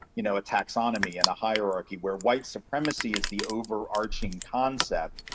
you know, a taxonomy and a hierarchy, where white supremacy is the overarching concept,